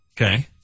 Okay